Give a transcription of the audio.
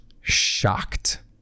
shocked